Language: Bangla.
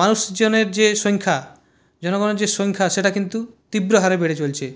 মানুষজনের যে সংখ্যা জনগণের যে সংখ্যা সেটা কিন্তু তীব্র হারে বেড়ে চলছে